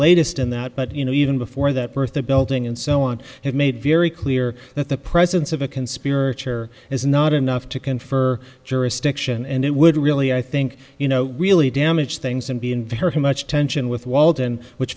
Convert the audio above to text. latest in that but you know even before that bertha building and so on have made very clear that the presence of a conspirator is not enough to confer jurisdiction and it would really i think you know really damage things and be in very much tension with walton which